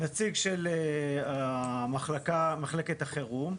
נציג של מחלקת החירום,